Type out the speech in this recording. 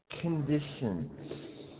conditions